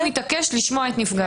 אני מתעקש לשמוע את נפגע העבירה.